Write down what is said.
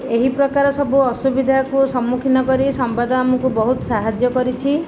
ଏହିପ୍ରକାର ସବୁ ଅସୁବିଧାକୁ ସମ୍ମୁଖୀନ କରି ସମ୍ବାଦ ଆମକୁ ବହୁତ ସାହାଯ୍ୟ କରିଛି